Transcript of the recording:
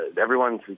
everyone's